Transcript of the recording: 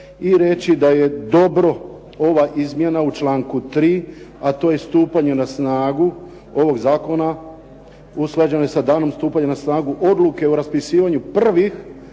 i reći da je dobro ova izmjena u članku 3., a to je stupanje na snagu ovog zakona usklađeno je sa danom stupanja na snagu odluke o raspisivanju prvih